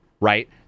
right